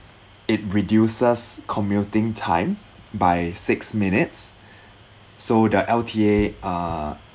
it reduces commuting time by six minutes so the L_T_A uh